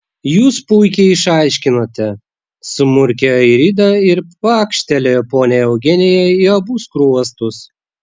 jūs puikiai išaiškinote sumurkė airida ir pakštelėjo poniai eugenijai į abu skruostus